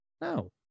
no